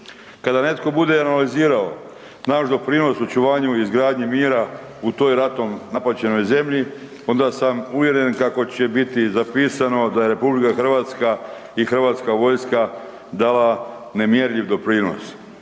Kada netko bude analizirao naš doprinos očuvanju i izgradnji mjera u tom ratom napaćenoj zemlji, onda sam uvjeren kako će biti zapisano da je RH i hrvatska vojska dala nemjerljiv doprinos.